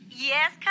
Yes